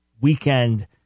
weekend